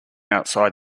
outside